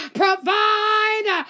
provide